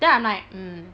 then I'm like mm